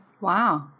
Wow